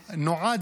נועד,